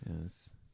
yes